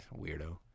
Weirdo